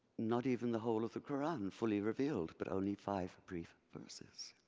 not even the whole of the quran fully revealed, but only five brief verses.